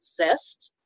exist